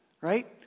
Right